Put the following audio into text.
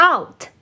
Out